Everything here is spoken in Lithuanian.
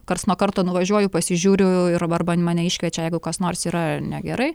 karts nuo karto nuvažiuoju pasižiūriu ir arba mane iškviečia jeigu kas nors yra negerai